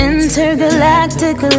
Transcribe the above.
Intergalactic